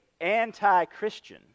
anti-Christian